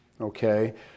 Okay